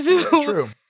True